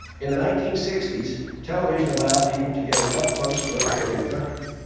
in the nineteen sixty s, television allowed people to get an up-close look at their country,